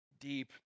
deep